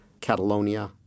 Catalonia